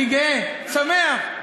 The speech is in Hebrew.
גאה, שמח,